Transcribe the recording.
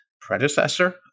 predecessor-